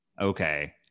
Okay